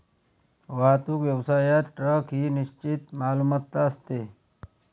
वाहतूक व्यवसायात ट्रक ही निश्चित मालमत्ता असते